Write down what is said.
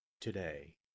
today